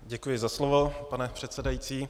Děkuji za slovo, pane předsedající.